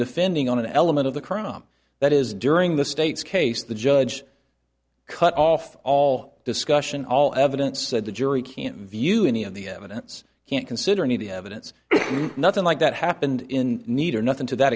defending on an element of the crime that is during the state's case the judge cut off all discussion all evidence that the jury can't view any of the evidence can't consider any evidence nothing like that happened in need or nothing to that